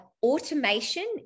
automation